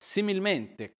Similmente